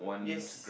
yes